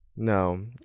No